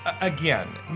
Again